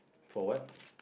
for what